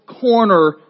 corner